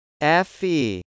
FE